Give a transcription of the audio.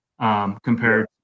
compared